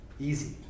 easy